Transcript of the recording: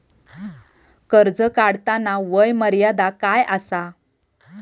कर्ज काढताना वय मर्यादा काय आसा?